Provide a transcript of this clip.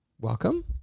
welcome